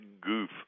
goof